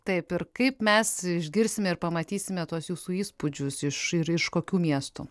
taip ir kaip mes išgirsime ir pamatysime tuos jūsų įspūdžius iš ir iš kokių miestų